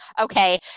Okay